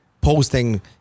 posting